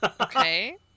Okay